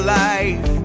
life